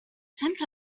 sempre